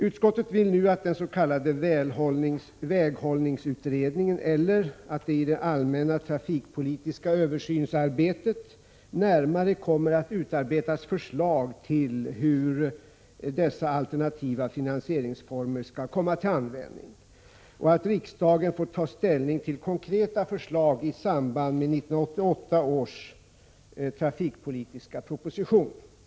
Utskottet vill nu att det av den s.k. väghållningsutredningen eller i det allmänna trafikpolitiska översynsarbetet närmare utarbetas förslag till hur dessa alternativa finansieringsformer skall komma till användning och att riksdagen skall få ta ställning till konkreta förslag i samband med 1988 års trafikpolitiska proposition.